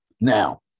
Now